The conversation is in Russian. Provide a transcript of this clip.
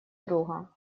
друга